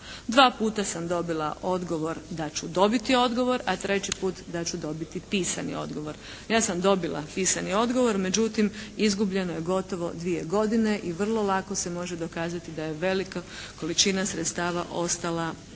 Dva puta sam dobila odgovor da ću dobiti odgovor, a treći put da ću dobiti pisani odgovor. Ja sam dobila pisani odgovor. Međutim, izgubljeno je gotovo dvije godine i vrlo lako se može dokazati da je velika količina sredstava ostala neiskorištena.